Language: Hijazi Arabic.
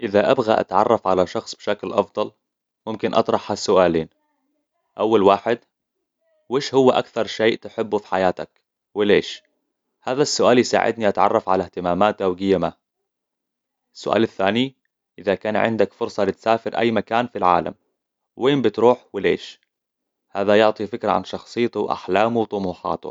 إذا أبغى أتعرف على شخص بشكل أفضل، ممكن أطرح ها السؤالين. أول واحد، وش هو أكثر شيء تحبه في حياتك؟ وليش؟ هذا السؤال يساعدني أتعرف على اهتماماته وقيمة. السؤال الثاني، إذا كان عندك فرصة لتسافر أي مكان في العالم، وين بتروح؟ وليش؟ هذا يعطي فكرة عن شخصيته وأحلامه وطموحاته.